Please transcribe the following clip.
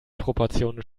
proportionen